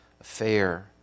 affair